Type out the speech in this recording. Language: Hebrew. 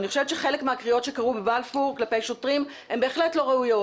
אני חושבת שחלק מהקריאות שקראו בבלפור כלפי שוטרים הן בהחלט לא ראויות